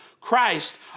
Christ